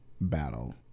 battle